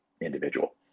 individual